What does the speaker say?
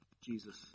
Jesus